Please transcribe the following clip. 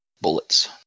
bullets